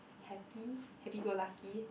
happy happy go lucky